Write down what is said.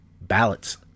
ballots